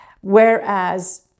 whereas